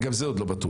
וגם זה לא בטוח.